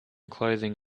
clothing